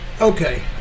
Okay